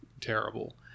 terrible